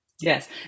Yes